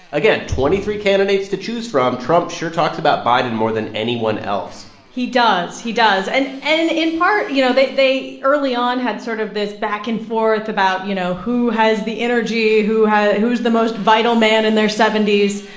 again, twenty three candidates to choose from. trump sure talks about biden more than anyone else he does. he does. and, and in part, you know, they they early on had sort of this back and forth about, you know, who has the energy? who's the most vital man in their seventy s?